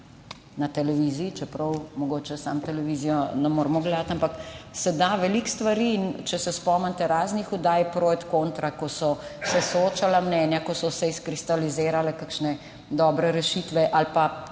na televiziji, čeprav mogoče samo televizije ne moremo gledati, ampak se da veliko stvari. Če se spomnite raznih oddaj pro et contra, ko so se soočala mnenja, ko so se izkristalizirale kakšne dobre rešitve ali pa